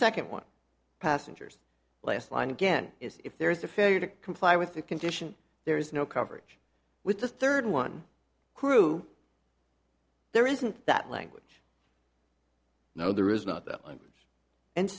second one passenger's last line again is if there is a failure to comply with the condition there is no coverage with the third one crew there isn't that language now there is not that i'm and